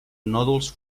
nòduls